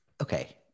okay